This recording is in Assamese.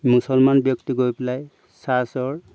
মুছলমান ব্যক্তি গৈ পেলাই চাৰ্চৰ